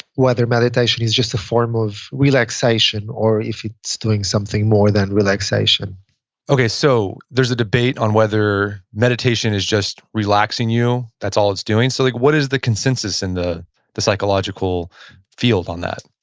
whether meditation is just a form of relaxation or if it's doing something more than relaxation okay, so there's a debate on whether meditation is just relaxing you, that's all it's doing? so like what is the consensus in the the psychological field on that?